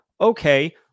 Okay